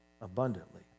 abundantly